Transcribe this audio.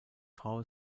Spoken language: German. frau